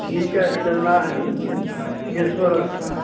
ठीक है चलना है सिंहेश्वर स्थान